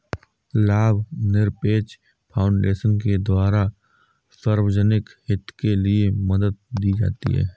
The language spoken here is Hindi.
लाभनिरपेक्ष फाउन्डेशन के द्वारा सार्वजनिक हित के लिये मदद दी जाती है